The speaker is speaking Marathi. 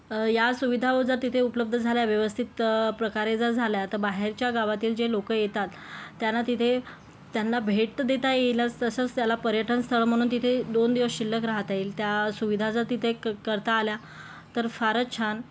या सुविधा जर तिथे उपलब्ध झाल्या व्यवस्थित प्रकारे जर झाल्या तर बाहेरच्या गावातील जे लोक येतात त्यांना तिथे त्यांना भेट तर देता येईलच तसंच त्याला पर्यटन स्थळ म्हणून तिथे दोन दिवस शिल्लक राहता येईल त्या सुविधा जर तिथे करता आल्या तर फारच छान